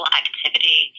activity